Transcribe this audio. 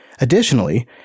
Additionally